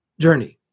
journey